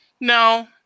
No